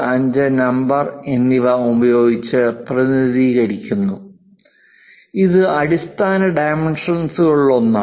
25 number എന്നിവ ഉപയോഗിച്ച് പ്രതിനിധീകരിക്കുന്നു ഇത് അടിസ്ഥാന ഡൈമെൻഷൻസ്കളിലൊന്നാണ്